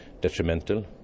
detrimental